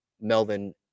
Melvin